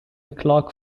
clock